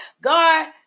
God